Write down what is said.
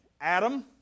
Adam